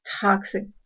toxic